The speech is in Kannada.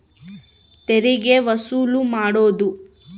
ತೆರಿಗೆ ವಸೂಲು ಮಾಡೋದು